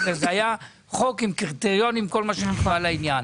וזה היה חוק עם קריטריונים וכל מה שנלווה לעניין.